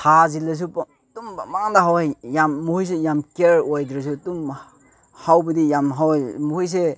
ꯊꯥꯖꯤꯜꯂꯁꯨ ꯑꯗꯨꯝ ꯄꯪꯍꯧꯗ ꯍꯧꯋꯦ ꯌꯥꯝ ꯃꯣꯏꯁꯦ ꯌꯥꯝ ꯀꯤꯌꯥꯔ ꯑꯣꯏꯗ꯭ꯔꯁꯨ ꯑꯗꯨꯝ ꯍꯧꯕꯗꯤ ꯌꯥꯝ ꯍꯧꯋꯦ ꯃꯣꯏꯁꯦ